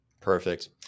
Perfect